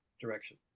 direction